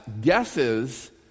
guesses